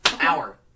Hour